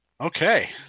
Okay